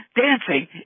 dancing